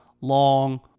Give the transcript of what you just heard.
long